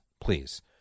please